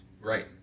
right